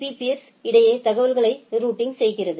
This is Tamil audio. பீ பீர்ஸ்களுக்கு இடையே தகவல்களை ரூட்டிங் செய்கிறது